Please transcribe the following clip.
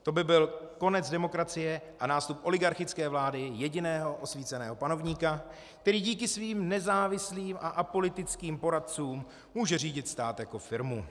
To by byl konec demokracie a nástup oligarchické vlády jediného osvíceného panovníka, který díky svým nezávislým a apolitickým poradcům může řídit stát jako firmu.